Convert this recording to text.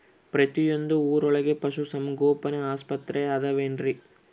ಪ್ರತಿಯೊಂದು ಊರೊಳಗೆ ಪಶುಸಂಗೋಪನೆ ಆಸ್ಪತ್ರೆ ಅದವೇನ್ರಿ?